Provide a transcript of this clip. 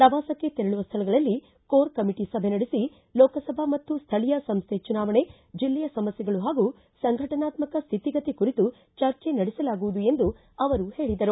ಪ್ರವಾಸಕ್ಕೆ ತೆರಳುವ ಸ್ಥಳಗಳಲ್ಲಿ ಕೋರ ಕಮಿಟಿ ಸಭೆ ನಡೆಸಿ ಲೋಕಸಭಾ ಮತ್ತು ಸ್ಥಳೀಯ ಸಂಸ್ಥೆ ಚುನಾವಣೆ ಜಿಲ್ಲೆಯ ಸಮಸ್ಥೆಗಳು ಹಾಗೂ ಸಂಘಟನಾತ್ಸಕ ಸ್ತಿತಿ ಗತಿ ಕುರಿತು ಚರ್ಚೆ ನಡೆಸಲಾಗುವುದು ಎಂದು ಅವರು ತಿಳಿಸಿದರು